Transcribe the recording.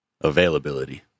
availability